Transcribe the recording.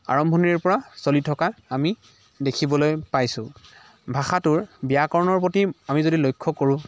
আৰম্ভনিৰ পৰা চলি থকা আমি দেখিবলৈ পাইছোঁ ভাষাটোৰ ব্যাকৰণৰ প্ৰতি আমি যদি লক্ষ্য কৰোঁ